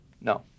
No